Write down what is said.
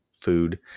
food